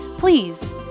Please